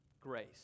grace